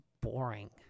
boring